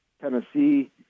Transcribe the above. Tennessee